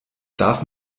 darf